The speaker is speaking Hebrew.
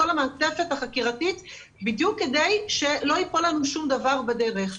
כל המעטפת החקירתית בדיוק כדי שלא ייפול לנו שום דבר בדרך,